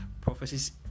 prophecies